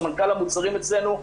סמנכ"ל המוצרים אצלנו,